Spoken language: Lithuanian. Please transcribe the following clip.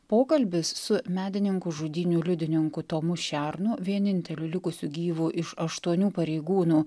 pokalbis su medininkų žudynių liudininku tomu šernu vieninteliu likusiu gyvu iš aštuonių pareigūnų